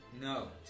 No